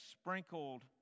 sprinkled